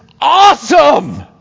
Awesome